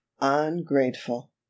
ungrateful